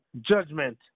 judgment